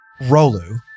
Rolu